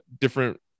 different